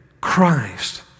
Christ